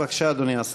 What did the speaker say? בבקשה, אדוני השר.